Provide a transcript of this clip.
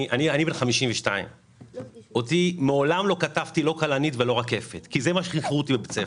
אני בן 52 ומעולם לא קטפתי כלנית או רקפת כי זה מה שלימדו אותי.